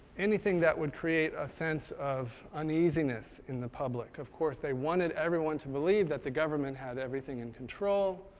anything that would create a sense of uneasiness in the public. of course they wanted everyone to believe that the government had everything in control.